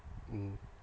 mm